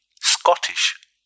Scottish